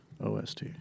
OST